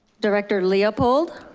director leopold.